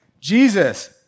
Jesus